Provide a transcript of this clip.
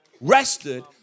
rested